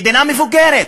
מדינה מבוגרת.